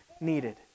needed